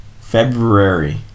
February